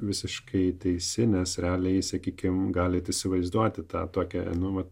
visiškai teisi nes realiai sakykime galite įsivaizduoti tą tokią anuomet